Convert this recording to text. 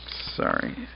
Sorry